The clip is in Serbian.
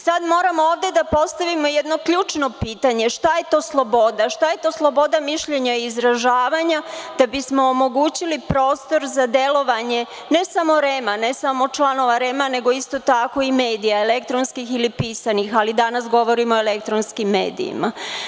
Sada moramo ovde da postavimo jedno ključno pitanje, šta je to sloboda, šta je to sloboda mišljenja i izražavanja da bismo omogućili prostor za delovanje, ne samo REM, ne samo članova REM nego isto tako i medija, elektronskih ili pisanih, ali danas govorimo o elektronskim medijima.